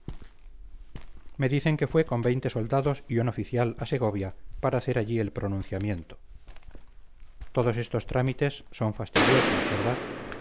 me dicen que fue con veinte soldados y un oficial a segovia para hacer allí el pronunciamiento todos estos trámites son fastidiosos verdad